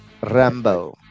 Rambo